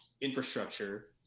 infrastructure